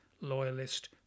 loyalist